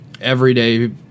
everyday